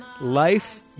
Life